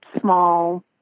small